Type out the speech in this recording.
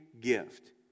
gift